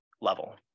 level